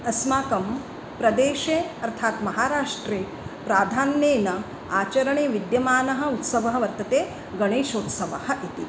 अस्माकं प्रदेशे अर्थात् महाराष्ट्रे प्राधान्येन आचरणे विद्यमानः उत्सवः वर्तते गणेशोत्सवः इति